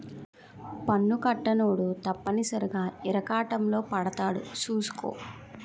పన్ను కట్టనోడు తప్పనిసరిగా ఇరకాటంలో పడతాడు సూసుకో